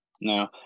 no